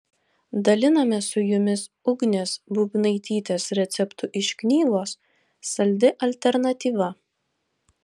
dalinamės su jumis ugnės būbnaitytės receptu iš knygos saldi alternatyva